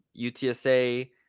utsa